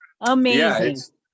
Amazing